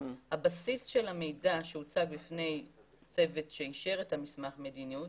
הבסיס של המידע שהוצג בפני צוות שאישר את מסמך המדיניות